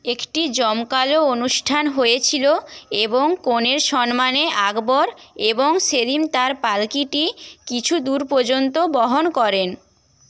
একটি জমকালো অনুষ্ঠান হয়েছিলো এবং কনের সম্মানে আকবর এবং সেলিম তাঁর পালকিটি কিছু দূর পর্যন্ত বহন করেন